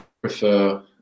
prefer